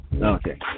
Okay